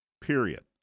period